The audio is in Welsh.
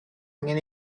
angen